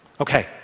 Okay